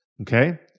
Okay